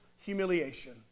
humiliation